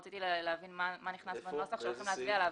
רציתי להבין מה נכנס בנוסח עליו הולכים להצביע.